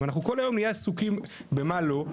אם אנחנו כל היום נהיה עסוקים במה לא,